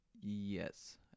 yes